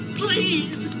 please